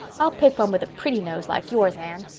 i'll pick one with a pretty nose like yours, anne.